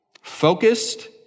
Focused